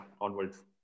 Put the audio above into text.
onwards